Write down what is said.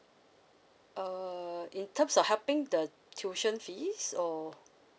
uh in terms of helping the tuition fees or